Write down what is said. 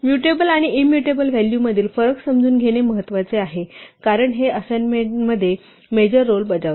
mutable आणि immutable व्हॅलूमधील फरक समजून घेणे महत्वाचे आहे कारण हे असाइनमेंटमध्ये मेजर रोल बजावते